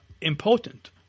important